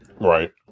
Right